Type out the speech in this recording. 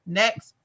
next